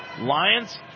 Lions